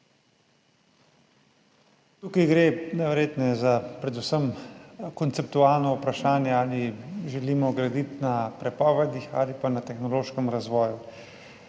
Tukaj gre najverjetneje za predvsem konceptualno vprašanje, ali želimo graditi na prepovedi ali pa na tehnološkem razvoju.